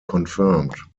confirmed